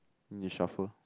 mm you shuffle